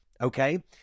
Okay